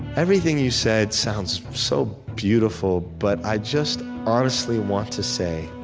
everything you said sounds so beautiful, but i just honestly want to say,